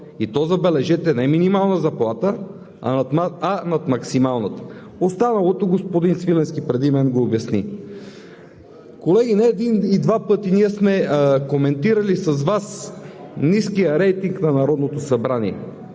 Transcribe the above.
и то, забележете, не минимална заплата, а над максималната. Останалото господин Свиленски преди мен го обясни. Колеги, не един и два пъти сме коментирали с Вас ниския рейтинг на Народното събрание.